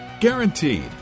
Guaranteed